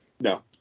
No